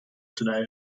today